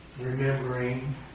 remembering